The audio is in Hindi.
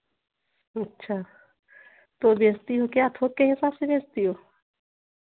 अच्छा तो बेचती हो क्या थोक के हिसाब से बेचती हो